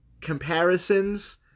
comparisons